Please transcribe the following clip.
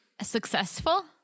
successful